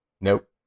Nope